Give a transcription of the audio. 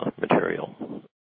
material